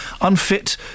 unfit